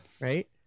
right